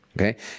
Okay